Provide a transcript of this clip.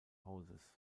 hauses